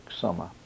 summer